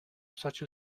such